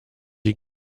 die